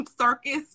circus